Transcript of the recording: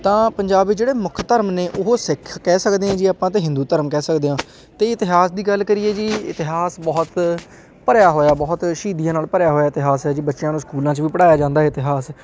ਤਾਂ ਪੰਜਾਬ ਵਿੱਚ ਜਿਹੜੇ ਮੁੱਖ ਧਰਮ ਨੇ ਉਹ ਸਿੱਖ ਕਹਿ ਸਕਦੇ ਹਾਂ ਜੀ ਆਪਾਂ ਤਾਂ ਹਿੰਦੂ ਧਰਮ ਕਹਿ ਸਕਦੇ ਹਾਂ ਅਤੇ ਇਤਿਹਾਸ ਦੀ ਗੱਲ ਕਰੀਏ ਜੀ ਇਤਿਹਾਸ ਬਹੁਤ ਭਰਿਆ ਹੋਇਆ ਬਹੁਤ ਸ਼ਹੀਦੀਆਂ ਨਾਲ ਭਰਿਆ ਹੋਇਆ ਇਤਿਹਾਸ ਹੈ ਜੀ ਬੱਚਿਆਂ ਨੂੰ ਸਕੂਲਾਂ 'ਚ ਵੀ ਪੜ੍ਹਾਇਆ ਜਾਂਦਾ ਇਤਿਹਾਸ